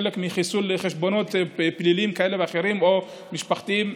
כחלק מחיסול חשבונות פליליים כאלה ואחרים או משפחתיים,